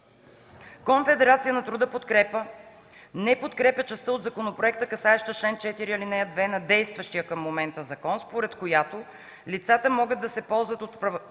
месеца. КТ ”Подкрепа” не подкрепя частта от законопроекта, касаеща чл. 4, ал. 2 на действащия към момента закон, според която лицата могат да се ползват от права